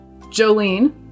Jolene